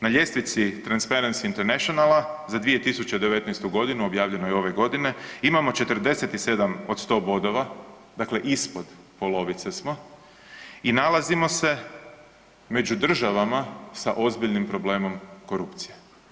Na ljestvici Transparency Internationala za 2019.g., objavljeno je ove godine, imamo 47 od 100 bodova, dakle ispod polovice smo i nalazimo se među državama sa ozbiljnim problemom korupcije.